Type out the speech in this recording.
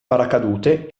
paracadute